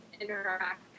interact